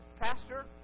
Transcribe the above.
Pastor